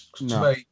No